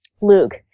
Luke